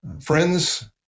Friends